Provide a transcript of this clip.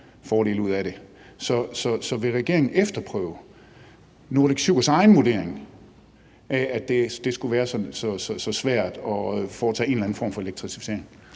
Så vil regeringen efterprøve Nordic Sugars egen vurdering af, at det skulle være så svært at foretage en eller anden form for elektrificering?